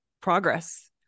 progress